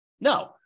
No